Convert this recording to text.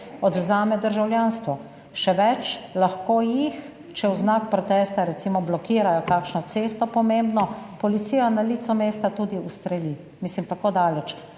odvzame državljanstvo. Še več, lahko jih, če v znak protesta recimo blokirajo kakšno pomembno cesto, policija na licu mesta tudi ustreli. Tako daleč